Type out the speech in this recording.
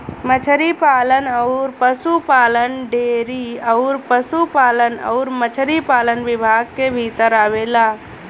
मछरी पालन अउर पसुपालन डेयरी अउर पसुपालन अउरी मछरी पालन विभाग के भीतर आवेला